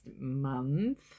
month